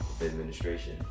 administration